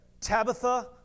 Tabitha